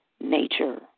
nature